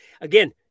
again